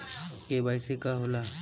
KYC का होला?